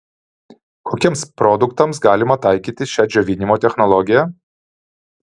kokiems produktams galima taikyti šią džiovinimo technologiją